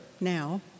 now